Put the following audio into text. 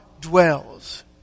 dwells